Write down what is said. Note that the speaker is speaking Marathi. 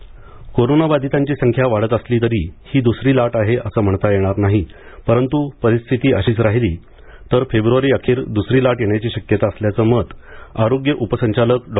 संजय देशमुख करोना बाधितांची संख्या वाढत असली तरी ही दूसरी लाट आहे असे म्हणता येणार नाही परंतू परिस्थिती अशीच राहिली तर फेब्रुवारी अखेर दुसरी लाट येण्याची शक्यता असल्याचं मत आरोग्य उपसंचालक डॉ